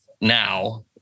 now